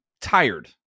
tired